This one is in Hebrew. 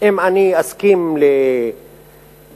אם אני אסכים למשהו,